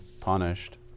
punished